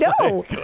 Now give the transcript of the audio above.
no